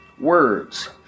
words